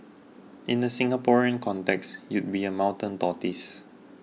in the Singaporean context you'd be a mountain tortoise